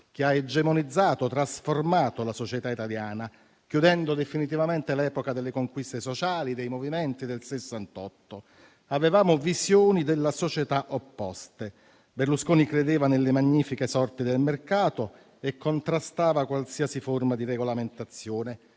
che ha egemonizzato e trasformato la società italiana, chiudendo definitivamente l'epoca delle conquiste sociali, dei movimenti, del Sessantotto. Avevamo visioni della società opposte. Berlusconi credeva nelle magnifiche sorti del mercato e contrastava qualsiasi forma di regolamentazione.